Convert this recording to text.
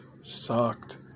sucked